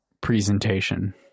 presentation